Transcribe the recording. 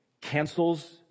cancels